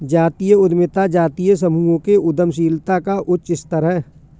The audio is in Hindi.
जातीय उद्यमिता जातीय समूहों के उद्यमशीलता का उच्च स्तर है